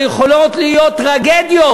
ויכולות להיות טרגדיות.